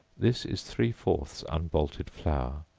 this is three-fourths unbolted flour,